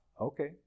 Okay